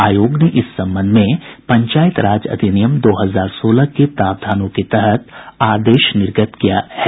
आयोग ने इस संबंध में पंचायत राज अधिनियम दो हजार सोलह के प्रावधानों के तहत आदेश निर्गत किया है